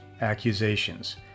accusations